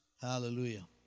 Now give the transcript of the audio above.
Hallelujah